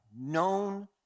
known